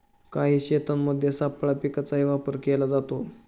काही शेतांमध्ये सापळा पिकांचाही वापर केला जातो